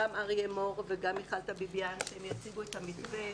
גם אריה מור וגם מיכל טביביאן שיציגו את המתווה